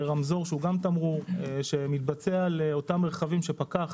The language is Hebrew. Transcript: לרמזור שהוא גם תמרור שמתבצע לאותם מרחבים שפקח